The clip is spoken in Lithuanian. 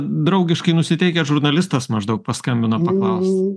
draugiškai nusiteikęs žurnalistas maždaug paskambino paklaust